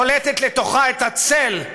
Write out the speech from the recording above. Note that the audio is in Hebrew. קולטת לתוכה את "הצל",